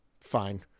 fine